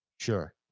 Sure